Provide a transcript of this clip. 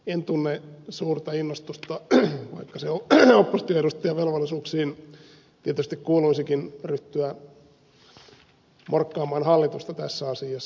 en tunne suurta innostusta vaikka se opposition edustajan velvollisuuksiin tietysti kuuluisikin ryhtyä morkkaamaan hallitusta tässä asiassa